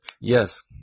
yes